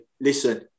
listen